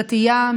דתייה,